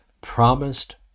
Promised